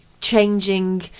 changing